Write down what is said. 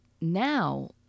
now